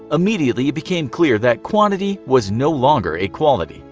immediately it became clear that quantity was no longer a quality.